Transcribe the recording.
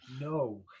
no